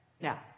Now